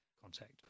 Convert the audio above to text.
contact